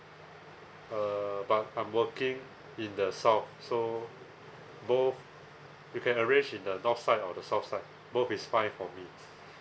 uh but I'm working in the south so both you can arrange in the north side or the south side both is fine for me